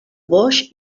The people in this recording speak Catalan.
boix